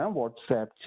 WhatsApp